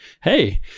Hey